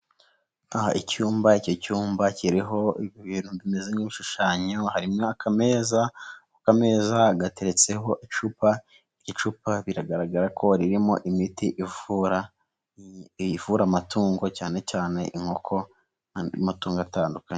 Aha icyumba iki cyumba kiriho ibintu bimeze nk'ibishushanyo harimo akameza akameza gateretseho icupa, iri cupa biragaragara ko ririmo imiti ivura, ivura amatungo cyane cyane inkoko n'amatungo atandukanye.